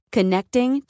Connecting